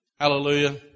Hallelujah